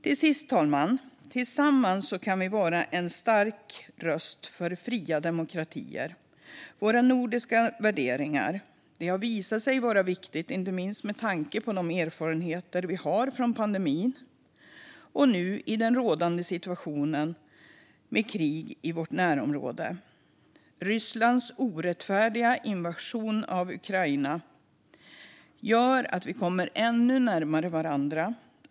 Till sist, fru talman: Tillsammans kan vi vara en stark röst för fria demokratier och nordiska värderingar. Det har visat sig vara viktigt, inte minst med tanke på erfarenheterna från pandemin och i den rådande situationen med krig i vårt närområde. Rysslands orättfärdiga invasion av Ukraina gör att vi i Norden kommer ännu närmare varandra.